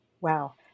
Wow